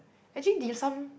actually dim sum